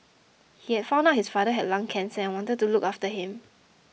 he had found out his father had lung cancer and wanted to look after him